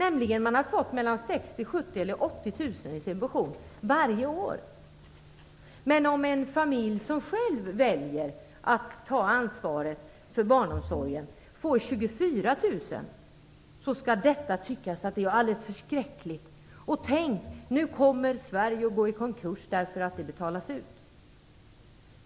De har fått mellan 60 000 och 80 000 i subvention varje år. Om en familj som själv väljer att ta ansvaret för barnomsorgen får 24 000 anses det att det är förskräckligt och att Sverige kommer att gå i konkurs för att detta belopp betalas ut.